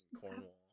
Cornwall